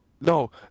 No